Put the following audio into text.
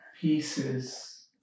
Pieces